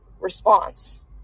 response